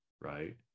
right